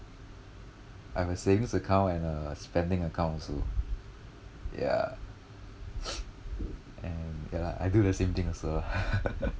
I have a savings account and a spending account also yeah and yah lah I do the same thing also ah